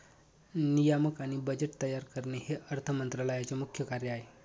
नियामक आणि बजेट तयार करणे हे अर्थ मंत्रालयाचे मुख्य कार्य आहे